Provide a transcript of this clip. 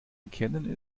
erkennen